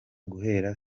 guhera